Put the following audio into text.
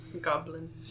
goblin